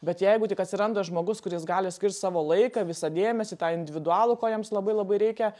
bet jeigu tik atsiranda žmogus kuris gali skirt savo laiką visą dėmesį tą individualų ko jiems labai labai reikia